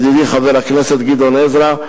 ידידי חבר הכנסת גדעון עזרא,